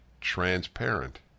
transparent